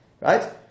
Right